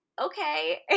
okay